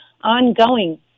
ongoing